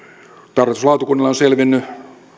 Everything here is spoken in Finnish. tarkastusvaliokunnalle on selvinnyt